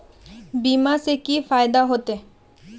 बीमा से की फायदा होते?